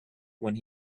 when